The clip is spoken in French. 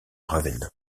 ravenne